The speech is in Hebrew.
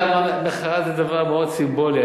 מחאה זה דבר מאוד סימבולי.